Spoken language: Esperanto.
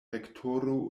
rektoro